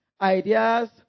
ideas